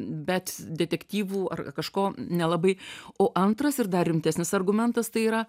bet detektyvų ar kažko nelabai o antras ir dar rimtesnis argumentas tai yra